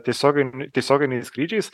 tiesiogin tiesioginiais skrydžiais